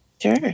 Sure